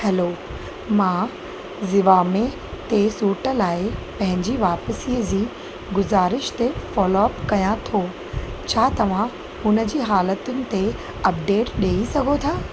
हलो मां ज़िवामे ते सूट लाइ पंहिंजी वापसीअ ज़ी गुज़ारिश ते फॉलोअप कयां थो छा तव्हां हुन जी हालतुनि ते अपडेट ॾेई सघो था